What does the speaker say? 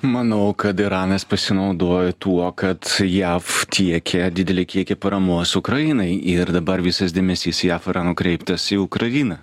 manau kad iranas pasinaudojo tuo kad jav tiekia didelį kiekį paramos ukrainai ir dabar visas dėmesys jav yra nukreiptas į ukrainą